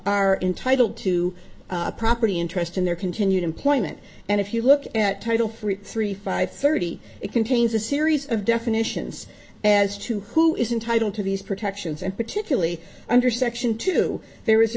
are entitled to property interest in their continued employment and if you look at title three three five thirty it contains a series of definitions as to who is entitle to these protections and particularly under section two there is a